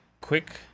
quick